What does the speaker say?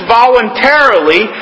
voluntarily